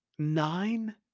Nine